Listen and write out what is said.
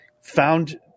found